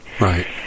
right